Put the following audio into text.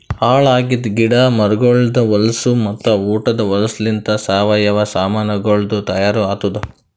ಹಾಳ್ ಆಗಿದ್ ಗಿಡ ಮರಗೊಳ್ದು ಹೊಲಸು ಮತ್ತ ಉಟದ್ ಹೊಲಸುಲಿಂತ್ ಸಾವಯವ ಸಾಮಾನಗೊಳಿಂದ್ ತೈಯಾರ್ ಆತ್ತುದ್